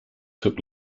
took